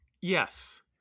Yes